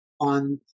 on